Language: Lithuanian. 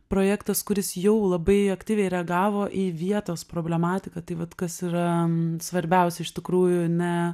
projektas kuris jau labai aktyviai reagavo į vietos problematiką tai vat kas yra svarbiausia iš tikrųjų ne